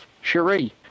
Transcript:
Cherie